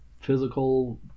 physical